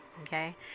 okay